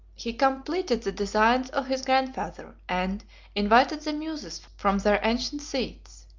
he completed the designs of his grandfather, and invited the muses from their ancient seats.